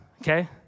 Okay